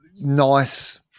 nice